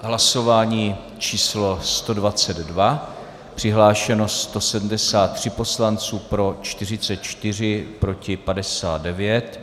Hlasování číslo 122, přihlášeno 173 poslanců, pro 44, proti 59.